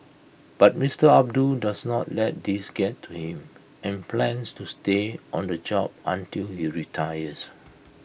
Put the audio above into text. but Mister Abdul does not let these get to him and plans to stay on the job until he retires